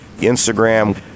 Instagram